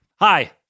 Hi